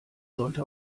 sollte